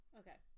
okay